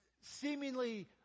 seemingly